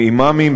עם אימאמים,